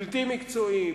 בלתי מקצועי,